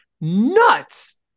nuts